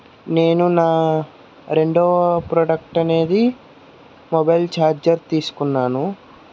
నేను నా రెండవ ప్రోడక్ట్ అనేది మొబైల్ ఛార్జర్ తీసుకున్నాను